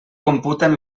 computen